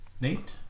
Nate